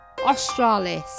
Australis